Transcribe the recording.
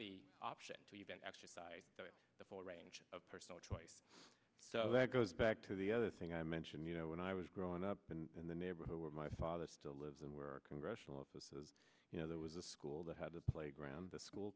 the option to even actually do the full range of personal choice so that goes back to the other thing i mentioned you know when i was growing up in the neighborhood where my father still lives there were congressional offices you know there was a school that had a playground the school